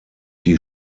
die